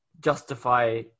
justify